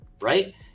right